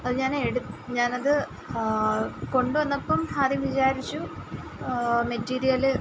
അത് ഞാൻ എട് ഞാനത് കൊണ്ടുവന്നപ്പം ആദ്യം വിചാരിച്ചു മെറ്റീരിയൽ